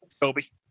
Toby